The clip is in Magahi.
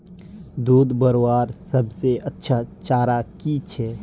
दूध बढ़वार सबसे अच्छा चारा की छे?